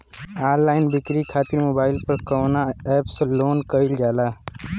Online बिक्री खातिर mobile पर कवना एप्स लोन कईल जाला?